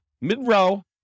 mid-row